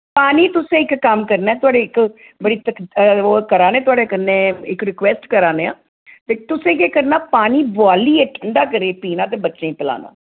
पानी तुसें इक कम्म करना ऐ थोआढ़ी इक बड़े ओह् करा नें थोआढ़े कन्नै इक रिक्वेस्ट करा ने आं ते तुसें केह् करना कि पानी बोआलियै ठंडा करियै पीना ते बच्चें गी पलाना